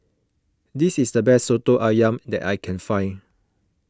this is the best Soto Ayam that I can find